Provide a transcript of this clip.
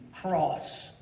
cross